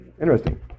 Interesting